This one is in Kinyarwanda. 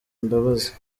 imbabazi